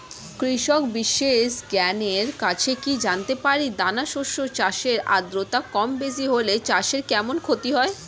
কৃষক বিশেষজ্ঞের কাছে কি জানতে পারি দানা শস্য চাষে আদ্রতা কমবেশি হলে চাষে কেমন ক্ষতি হয়?